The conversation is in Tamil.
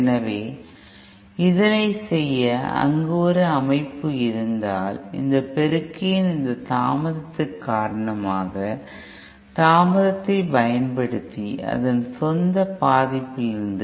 எனவே இதனை செய்ய அங்கு ஒரு அமைப்பு இருந்தால் இந்த பெருக்கியின் இந்த தாமதத்திற்கு காரணமாக தாமதத்தைப் பயன்படுத்தி அதன் சொந்த பதிப்பிலிருந்து